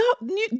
No